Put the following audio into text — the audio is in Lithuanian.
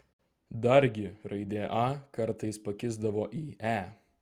dargi raidė a kartais pakisdavo į e